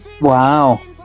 Wow